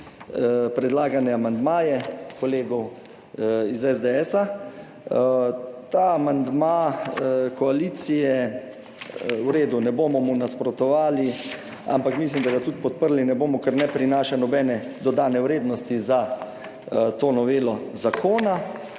predlagane amandmaje kolegov iz SDS. Ta amandma koalicije, v redu, ne bomo mu nasprotovali, ampak mislim, da ga tudi podprli ne bomo, ker ne prinaša nobene dodane vrednosti za to novelo zakona.